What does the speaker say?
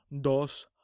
dos